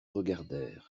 regardèrent